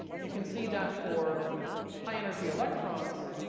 you can see that for high-energy electrons,